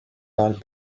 tall